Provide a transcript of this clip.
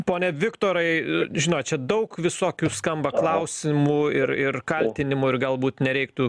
pone viktorai žinot čia daug visokių skamba klausimų ir ir kaltinimų ir galbūt nereiktų